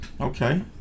Okay